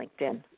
LinkedIn